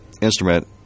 instrument